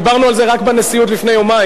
דיברנו על זה בנשיאות רק לפני יומיים,